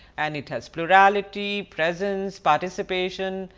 and it has plurality, presence, participation,